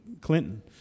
Clinton